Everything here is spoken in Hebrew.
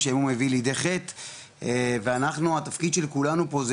שעמום מביא לידי חטא ואנחנו התפקיד של כולנו פה זה